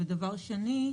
דבר שני,